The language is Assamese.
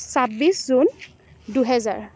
চাব্বিছ জুন দুহেজাৰ